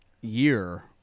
year